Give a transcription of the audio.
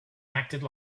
acted